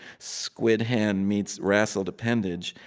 squid hand meets wrestled appendage.